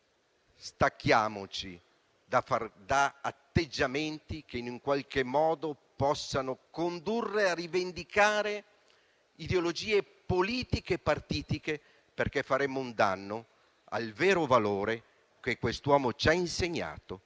staccarci da atteggiamenti che in qualche modo possano condurre a rivendicare ideologie politiche e partitiche, perché faremmo un danno al vero valore che quest'uomo ci ha insegnato